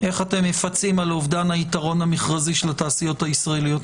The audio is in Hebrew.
איך אתם מפצים על אובדן היתרון המכרזי של התעשיות הישראליות?